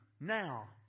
now